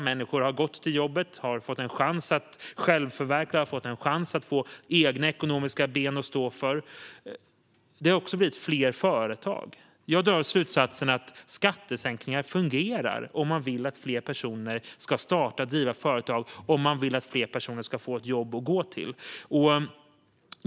Människor har gått till jobbet och har fått en chans till självförverkligande och till att få egna ekonomiska ben att stå på. Det har också blivit fler företag. Jag drar slutsatsen att skattesänkningar fungerar om man vill att fler personer ska starta och driva företag och om man vill att fler personer ska få ett jobb att gå till.